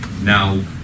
Now